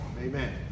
Amen